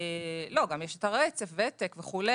גם יש את הרצף, ותק וכו'.